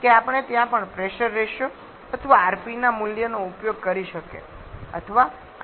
કે આપણે ત્યાં પણ રેશિયો અથવા rp મૂલ્યનો ઉપયોગ કરી શકીએ અથવા આની ગણતરી કરવાની બીજી રીત છે